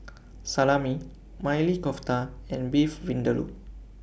Salami Maili Kofta and Beef Vindaloo